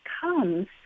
comes